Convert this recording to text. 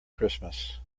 christmas